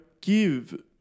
give